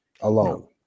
alone